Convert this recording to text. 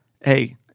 Hey